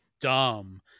dumb